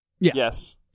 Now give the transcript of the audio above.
yes